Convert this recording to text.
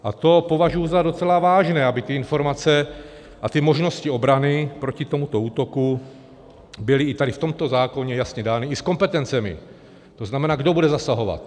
A to považuji za docela vážné, aby informace a možnosti obrany proti tomuto útoku byly i v tomto zákoně jasně dány i s kompetencemi, to znamená, kdo bude zasahovat.